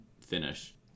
finish